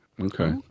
Okay